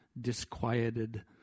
disquieted